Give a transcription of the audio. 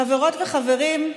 חברות וחברים,